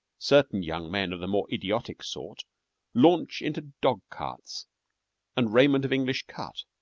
certain young men of the more idiotic sort launch into dog-carts and raiment of english cut,